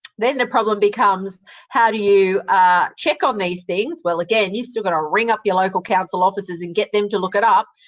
then the problem becomes how do you ah check on these things? well, again, you've still got to ring up your local council officers and get them to look it up,